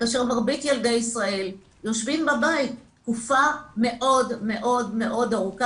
כאשר מרבית ילדי ישראל יושבים בבית תקופה מאוד מאוד ארוכה